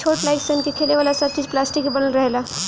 छोट लाइक सन के खेले वाला सब चीज़ पलास्टिक से बनल रहेला